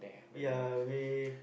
ya we